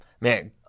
man